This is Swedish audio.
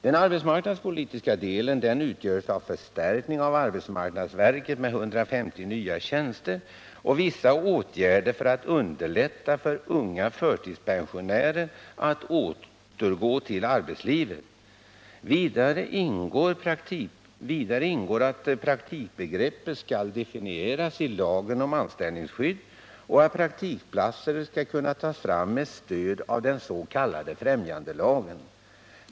Den arbetsmarknadspolitiska delen utgörs av förstärkning av arbetsmarknadsverket med 150 nya tjänster och vissa åtgärder för att underlätta för unga förtidspensionärer att återgå till arbetslivet. Vidare ingår att praktikbegreppet skall definieras i lagen om anställningsskydd och att praktikplatser skall kunna tas fram med stöd av den s.k. främjandelagen.